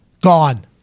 Gone